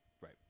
right